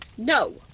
No